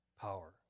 power